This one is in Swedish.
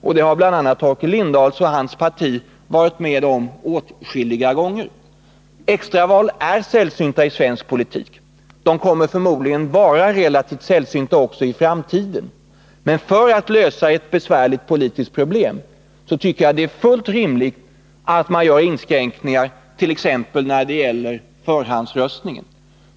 Det har också bl.a. Torkel Lindahl och hans parti varit med om åtskilliga gånger. Extraval är sällsynta i svensk politik. De kommer förmodligen att vara relativt sällsynta också i framtiden. Men jag tycker att det är fullt rimligt att man för att lösa ett besvärligt politiskt problem gör inskränkningar t.ex. när det gäller förhandsröstningen.